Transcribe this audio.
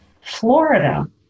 Florida